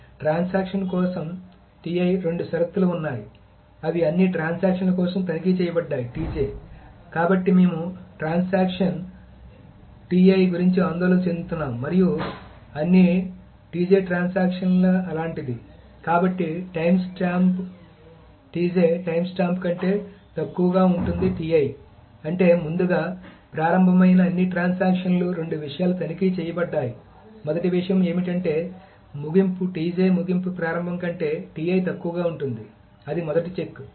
కాబట్టి ట్రాన్సాక్షన్ కోసం రెండు షరతులు ఉన్నాయి అవి అన్ని ట్రాన్సాక్షన్ ల కోసం తనిఖీ చేయబడతాయి కాబట్టి మేము ట్రాన్సాక్షన్ గురించి ఆందోళన చెందుతున్నాము మరియు అన్ని ట్రాన్సాక్షన్ ల అలాంటిది కాబట్టి టైమ్ స్టాంప్స్ టైమ్ స్టాంప్ కంటే తక్కువగా ఉంటుంది అంటే ముందుగా ప్రారంభమైన అన్ని ట్రాన్సాక్షన్ లు రెండు విషయాలు తనిఖీ చేయబడ్డాయి మొదటి విషయం ఏమిటంటే ముగింపు ముగింపు ప్రారంభం కంటే తక్కువగా ఉంటుంది అది మొదటి చెక్